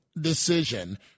decision